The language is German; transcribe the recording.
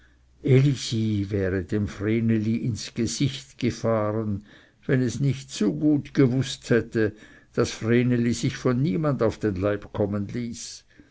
elisi wäre dem vreneli ins gesicht gefahren wenn es nicht zu gut gewußt hätte daß vreneli sich von niemand auf den leib kommen ließ